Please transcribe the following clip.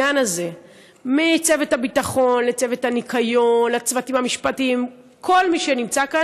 ולירדנה ולכל הצוות החשוב הזה והצוות המשמעותי כל כך בכנסת,